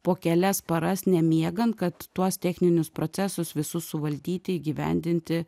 po kelias paras nemiegant kad tuos techninius procesus visus suvaldyti įgyvendinti